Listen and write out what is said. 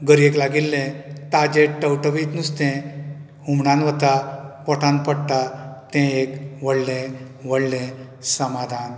गरयेक लागिल्लें ताजें टवटवीत नुस्तें हुमणान वता पोटान पडटा तें एक व्हडलें व्हडलें समाधान